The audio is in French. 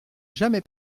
jamais